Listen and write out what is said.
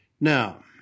Now